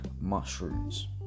mushrooms